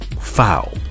foul